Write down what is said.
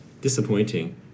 Disappointing